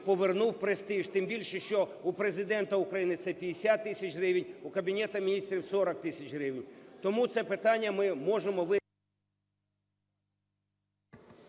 повернув престиж, тим більше, що у Президента України це 50 тисяч гривень, у Кабінету Міністрів – 40 тисяч гривень. Тому це питання ми можемо…